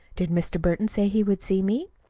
did mr. burton say he would see me?